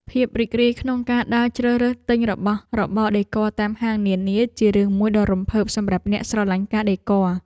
ភាពរីករាយក្នុងការដើរជ្រើសរើសទិញរបស់របរដេគ័រតាមហាងនានាជារឿងមួយដ៏រំភើបសម្រាប់អ្នកស្រឡាញ់ការដេគ័រ។